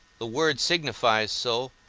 the word signifies so,